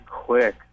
quick